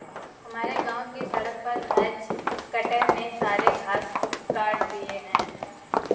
हमारे गांव की सड़क पर हेज कटर ने सारे घास काट दिए हैं